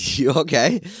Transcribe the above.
okay